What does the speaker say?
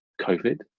COVID